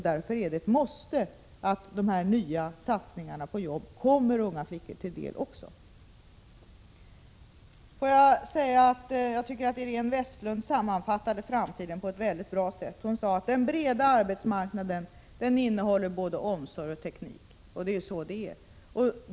Därför är det ett måste att de nya satsningarna på jobb kommer även unga flickor till del. Jag tycker att Iréne Vestlund på ett väldigt bra sätt sammanfattade den framtida arbetsmarknadens utseende. Hon sade att den breda arbetsmarknaden innehåller både omsorg och teknik. Det är så det är.